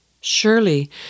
Surely